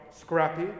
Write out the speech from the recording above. scrappy